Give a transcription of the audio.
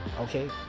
Okay